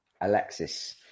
Alexis